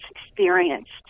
experienced